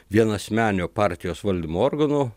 vienasmenio partijos valdymo organo